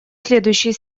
следующий